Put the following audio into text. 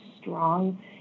strong